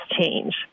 change